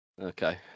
Okay